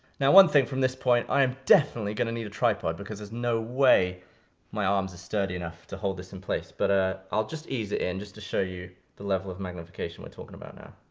now, one thing from this point, i am definitely gonna need a tripod, because there's no way my arms are sturdy enough to hold this in place, but ah i'll just ease it in and just to show you the level of magnification we're talking about now.